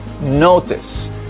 notice